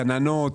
גננות,